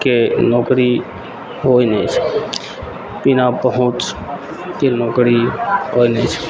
के नौकरी होइ नहि छै बिना पहुँचके नौकरी होइ नहि छै